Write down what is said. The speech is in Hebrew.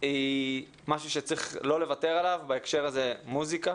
היא משהו שצריך לא לוותר עליו, בהקשר הזה מוסיקה